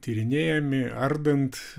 tyrinėjami ardant